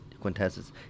quintessence